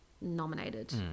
nominated